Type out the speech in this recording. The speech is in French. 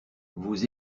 vous